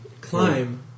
Climb